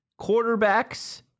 quarterbacks